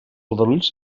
aldarulls